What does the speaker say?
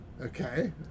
Okay